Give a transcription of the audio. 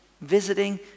visiting